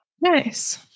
Nice